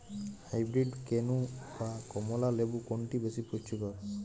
Hybrid কেনু না কমলা লেবু কোনটি বেশি পুষ্টিকর?